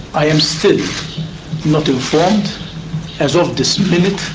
i am still not informed as of this minute